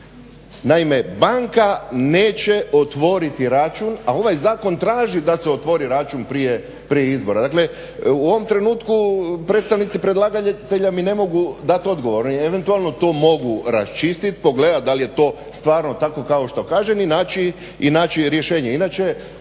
Naime, banka neće otvoriti račun, a ovaj zakon traži da se otvori račun prije izbora. Dakle, u ovom trenutku predstavnici predlagatelja mi ne mogu dati odgovor. Oni eventualno to mogu raščistit, pogledat da li je to stvarno tako kao što kaže i naći rješenje.